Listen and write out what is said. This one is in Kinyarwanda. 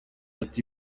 ati